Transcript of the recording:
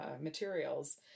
materials